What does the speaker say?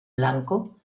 blanco